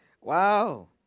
Wow